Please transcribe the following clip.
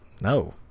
No